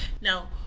now